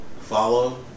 follow